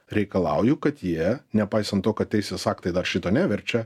reikalauju kad jie nepaisant to kad teisės aktai dar šito neverčia